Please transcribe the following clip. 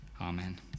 Amen